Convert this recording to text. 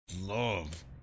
love